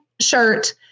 shirt